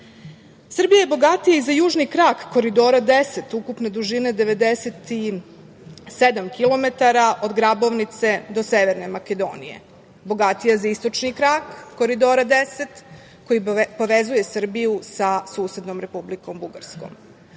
Čačka. Srbija je bogatija i za južni krak Koridora 10 ukupne dužine 97 kilometara od Grabovnice do Severne Makedonije. Bogatija je za istočni krak Koridora 10 koji povezuje Srbiju sa susednom Republikom Bugarskom.